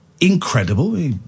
incredible